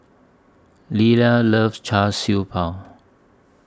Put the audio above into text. Leila loves Char Siew Bao